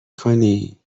کنی